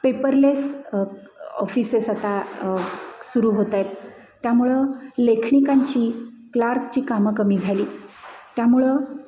paperless offices आता सुरू होत आहेत त्यामुळं लेखनिकांची क्लार्कची कामं कमी झाली त्यामुळं